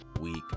week